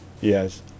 Yes